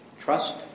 trust